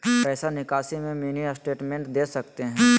पैसा निकासी में मिनी स्टेटमेंट दे सकते हैं?